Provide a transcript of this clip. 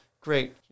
Great